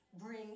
bring